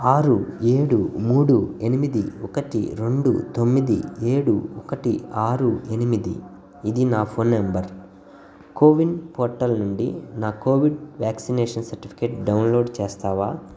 ఆరు ఏడు మూడు ఎనిమిది ఒకటి రెండు తొమ్మిది ఏడు ఒకటి ఆరు ఎనిమిది ఇది నా ఫోన్ నెంబర్ కోవిన్ పోర్టల్ నుండి నా కోవిడ్ వ్యాక్సినేషన్ సర్టిఫికేట్ డౌన్లోడ్ చేస్తావా